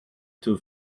two